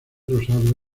rosado